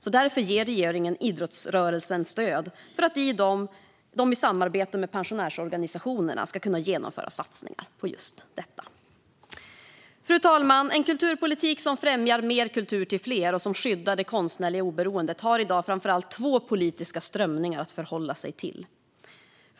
Därför ger regeringen idrottsrörelsen stöd för att den i samarbete med pensionärsorganisationerna ska kunna genomföra satsningar på just detta. Fru talman! En kulturpolitik som främjar mer kultur till fler och som skyddar det konstnärliga oberoendet har i dag framför allt två politiska strömningar att förhålla sig till.